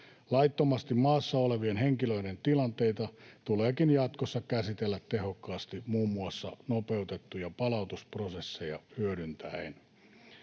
Laittomasti maassa olevien henkilöiden tilanteita tuleekin jatkossa käsitellä tehokkaasti muun muassa nopeutettuja palautusprosesseja hyödyntäen.